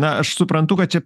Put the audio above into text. na aš suprantu kad čia